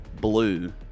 blue